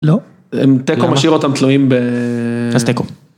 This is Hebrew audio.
לא. אמ, למה? תקו משאיר אותם תלויים ב... אז תקו.